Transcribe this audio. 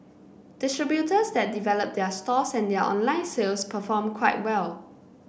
distributors that develop their stores and their online sales perform quite well